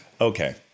Okay